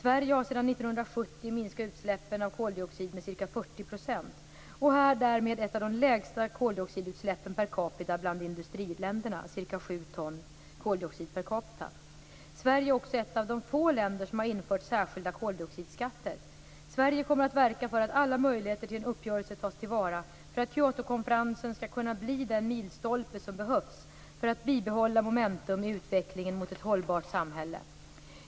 Sverige har sedan 1970 minskat utsläppen av CO2 med ca 40 % och har därmed ett av de lägsta CO2-utsläppen per capita bland industriländerna, med ca 7 ton koldioxid per capita. Sverige är också ett av de få länder som har infört särskilda koldioxidskatter. Sverige kommer att verka för att alla möjligheter till en uppgörelse tas till vara för att Kyotokonferensen skall kunna bli den milstolpe som behövs för att bibehålla momentum i utvecklingen mot ett hållbart samhälle.